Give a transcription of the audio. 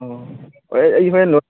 ꯑꯣ ꯑꯩ ꯍꯣꯔꯦꯟꯗꯣ